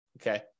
Okay